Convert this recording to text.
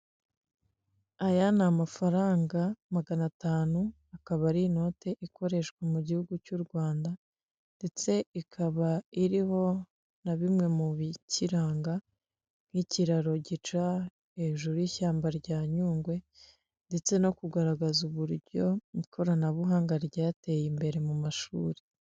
Aya ni amafaranga magana atanu akaba ari inote ikoreshwa mu gihugu cy'u Rwanda ndetse ikaba iriho na bimwe mubikiranga nk'ikiraro gica hejuru y'ishyamba rya Nyungwe ndetse no kugaragaza uburyo ikoranabuhanga ryateye imbere mu mashuri.